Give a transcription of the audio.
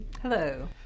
Hello